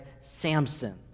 samson